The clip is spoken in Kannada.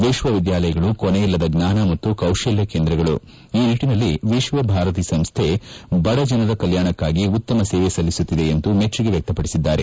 ವಿಶ್ವವಿದ್ಯಾಲಯಗಳು ಕೊನೆಯಿಲ್ಲದ ಜ್ವಾನ ಮತ್ತು ಕೌಶಲ್ಲ ಕೇಂದ್ರಗಳು ಈ ನಿಟ್ಟನಲ್ಲಿ ವಿಶ್ವ ಭಾರತಿ ಸಂಸ್ಥೆ ಬಡಜನರ ಕಲ್ಲಾಣಕಾಗಿ ಉತ್ತಮ ಸೇವೆ ಸಲ್ಲಿಸುತ್ತಿದೆ ಎಂದು ಮೆಚ್ಚುಗೆ ವ್ನಕ್ಷಪಡಿಸಿದ್ದಾರೆ